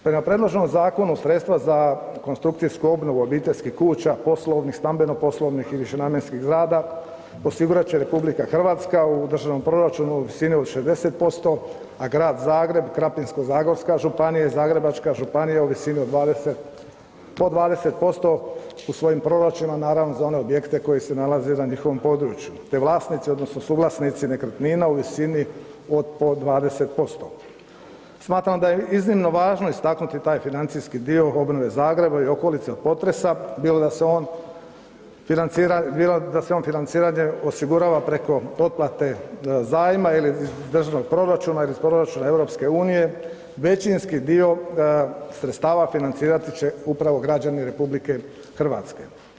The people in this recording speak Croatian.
Prema predloženom zakonu, sredstva za konstrukcijsku obnovu obiteljskih kuća, poslovnih, stambeno-poslovnih i višenamjenskih zgrada, osigurat će RH u državnom proračunu u visini od 60%, a grad Zagreb, Krapinsko-zagorska županija i Zagrebačka županija u visini od 20, po 20% u svojim proračunima, naravno, za one objekte koji se nalaze na njihovom području te vlasnici, odnosno suvlasnici nekretnina u visini od po 20%. smatram da je iznimno važno istaknuti taj financijski dio obnove Zagreba i okolice od potresa, bilo da se on financira, bilo da se financiranje osigurava preko otplate zajma ili iz državnog proračuna ili iz proračuna EU, većinski dio sredstava financirat će upravo građani RH.